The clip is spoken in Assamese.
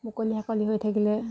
মুকলি হাকলি হৈ থাকিলে